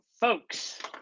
folks